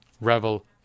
revel